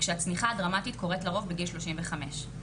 ושהצניחה הדרמטית קורית לרוב בגיל 35,